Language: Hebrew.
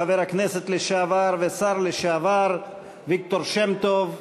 חבר הכנסת לשעבר והשר לשעבר ויקטור שם-טוב,